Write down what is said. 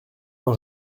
d’un